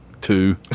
Two